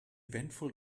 eventful